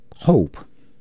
Hope